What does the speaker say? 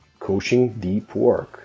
coachingdeepwork